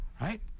right